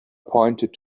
pointed